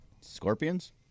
Scorpions